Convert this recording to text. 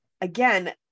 again